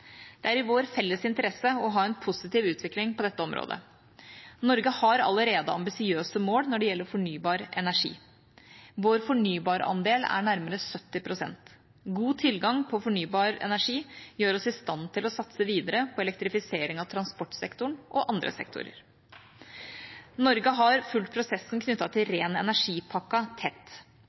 Det er i vår felles interesse å ha en positiv utvikling på dette området. Norge har allerede ambisiøse mål når det gjelder fornybar energi. Vår fornybarandel er nærmere 70 pst. God tilgang på fornybar energi gjør oss i stand til å satse videre på elektrifisering av transportsektoren og andre sektorer. Norge har fulgt prosessen knyttet til Ren energipakken tett.